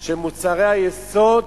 של מוצרי היסוד